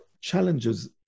challenges